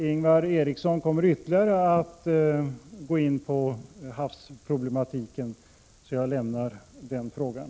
Ingvar Eriksson kommer att gå in närmare på havsproblematiken, och jag lämnar därför den frågan.